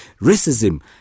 Racism